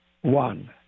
one